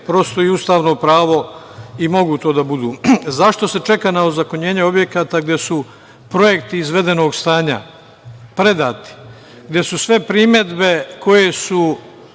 prosto i ustavno pravo i mogu to da budu.Zašto se čeka na ozakonjenje objekata gde su projekti izvedenog stanja predati, gde su sve primedbe koje su